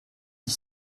dix